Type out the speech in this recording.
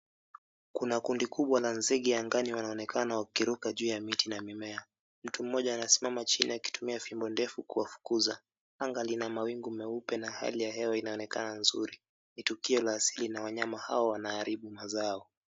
Kuna kundi kubwa la nzige angani wanaonekana wakiruka ju ya miti na mimea. Mtu mmoja anasimama chini kutumia fimbo ndefu kuwafukuza. Anga lina mawingu meupe na hali ya hewa inaonekana nzuri, ni tukio la asili na wanyama hawa wanaharibu mazao.